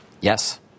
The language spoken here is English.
Yes